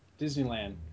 Disneyland